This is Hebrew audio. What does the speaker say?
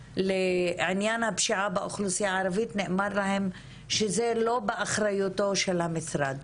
לעניין הפשיעה באוכלוסייה הערבית נאמר להם שזה לא באחריותו של המשרד.